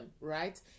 right